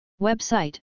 Website